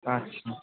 আচ্ছা